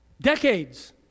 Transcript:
Decades